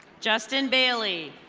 justin bailey.